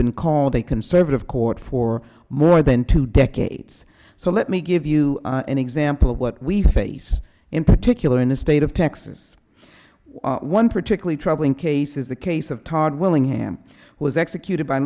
been called a conservative court for more than two decades so let me give you an example of what we face in particular in the state of texas one particularly troubling case is the case of todd willingham was executed by